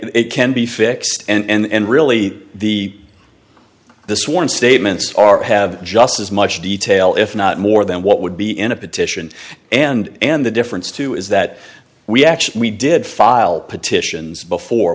it can be fixed and really the the sworn statements are have just as much detail if not more than what would be in a petition and the difference too is that we actually did file petitions before